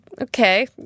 okay